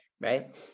right